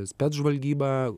spec žvalgyba